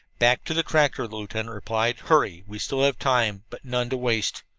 back to the tractor, the lieutenant replied. hurry! we still have time, but none to waste.